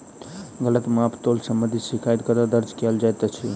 गलत माप तोल संबंधी शिकायत कतह दर्ज कैल जाइत अछि?